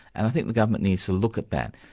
and i think the government needs to look at that.